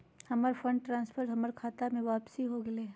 हमर fund transfer हमर खता में वापसी हो गेलय